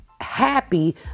happy